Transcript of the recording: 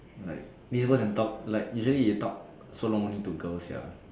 like it's worse than talk like usually you talk so long only to girls sia